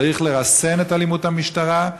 צריך לרסן את אלימות המשטרה,